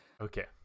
Okay